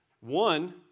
one